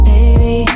Baby